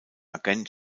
agent